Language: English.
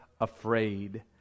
afraid